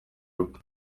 rwe